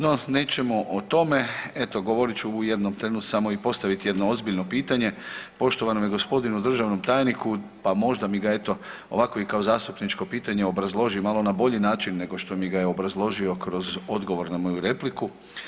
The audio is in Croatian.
No nećemo o tome, eto govorit ću jednom trenu samo i postaviti jedno ozbiljno pitanje poštovanom gospodinu državnom tajniku pa možda mi ga eto ovako i kao zastupničko potanje obrazloži malo na bolji način nego što mi ga je obrazložio kroz odgovor na moju repliku.